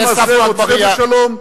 העם הזה רוצה בשלום,